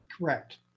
Correct